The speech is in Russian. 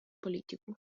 политику